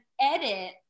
edit